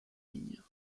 ligne